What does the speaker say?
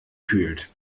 fühlt